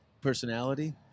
personality